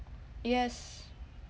yes